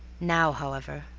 now, however,